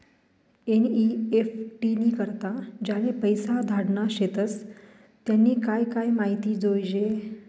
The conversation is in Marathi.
एन.ई.एफ.टी नी करता ज्याले पैसा धाडना शेतस त्यानी काय काय माहिती जोयजे